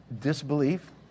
Disbelief